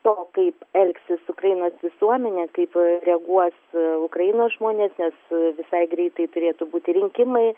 to kaip elgsis ukrainos visuomenė kaip reaguos ukrainos žmonės nes visai greitai turėtų būti rinkimai